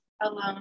Alone